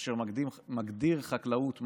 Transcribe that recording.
אשר מגדיר חקלאות מהי.